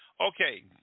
Okay